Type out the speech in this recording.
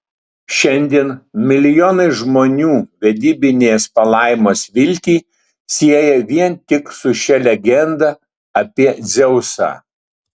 šiandien milijonai žmonių vedybinės palaimos viltį sieja vien tik su šia legenda apie dzeusą